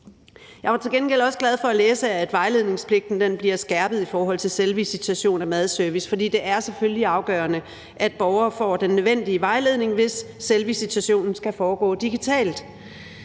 Jeg var til gengæld også glad for at læse, at vejledningspligten bliver skærpet i forhold til selvvisitation og madservice, for det er selvfølgelig afgørende, at borgere får den nødvendige vejledning, hvis selvvisitationen skal foregå digitalt.